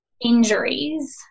injuries